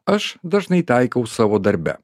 aš dažnai taikau savo darbe